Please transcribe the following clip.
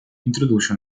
introduce